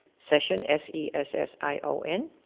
session, s e s s i o n,